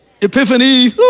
Epiphany